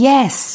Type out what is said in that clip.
Yes